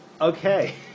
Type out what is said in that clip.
okay